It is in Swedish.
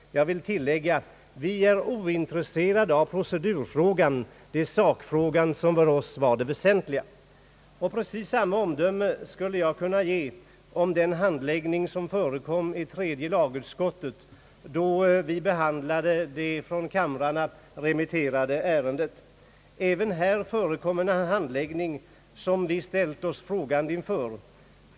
Jag vill tillägga: Vi är ointresserade av procedurfrågan. Det är sakfrågan som för oss är det väsentliga. Precis samma omdöme skulle jag kunna ge om den handläggning som förekom i tredje lagutskottet, då vi behandlade det från kamrarna remitterade ärendet. även här förekom en handläggning som vi ställt oss frågande inför.